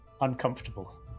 uncomfortable